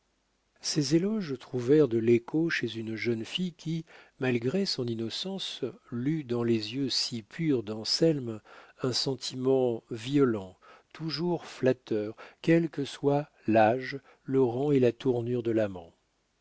ces éloges trouvèrent de l'écho chez une jeune fille qui malgré son innocence lut dans les yeux si purs d'anselme un sentiment violent toujours flatteur quels que soient l'âge le rang et la tournure de l'amant